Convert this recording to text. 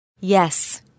Yes